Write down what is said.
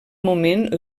moment